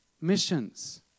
Missions